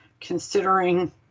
considering